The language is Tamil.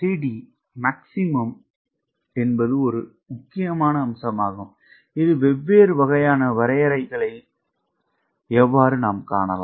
CLCD இது ஒரு அம்சமாகும் இது வெவ்வேறு வகையான வரையறைகளை எவ்வாறு காணலாம்